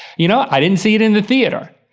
you know, i didn't see it in the theater.